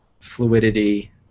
fluidity